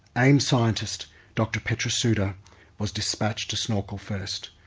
aims scientist dr petra souter was dispatched to snorkel first.